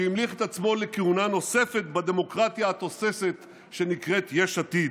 שהמליך את עצמו לכהונה נוספת בדמוקרטיה התוססת שנקראת יש עתיד.